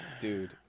Dude